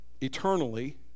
eternally